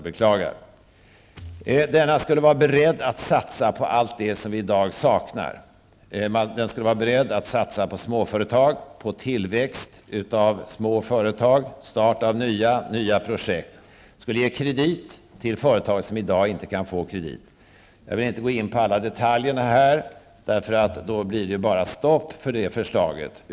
Denna bank skulle vara beredd att satsa på allt det som vi i dag saknar, på småföretag, på tillväxt i små företag och på start av nya projekt. Vidare skulle denna bank ge kredit till de företag som i dag inte kan få kredit. Jag vill inte gå in på alla detaljer, för då blir det bara stopp för förslaget.